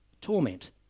Torment